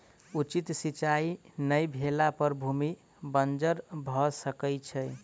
उचित सिचाई नै भेला पर भूमि बंजर भअ सकै छै